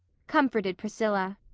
comforted priscilla.